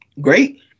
great